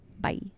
Bye